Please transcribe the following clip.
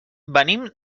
venim